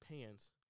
pants